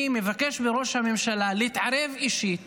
אני מבקש מראש הממשלה להתערב אישית